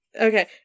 Okay